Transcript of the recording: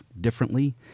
differently